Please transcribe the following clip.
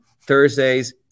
Thursdays